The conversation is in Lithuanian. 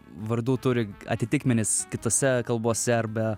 vardų turi atitikmenis kitose kalbose arba